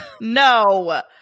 No